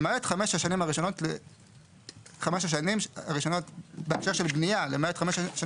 למעט חמש השנים הראשונות בהקשר של בנייה מסיום בניית התחנה.